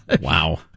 Wow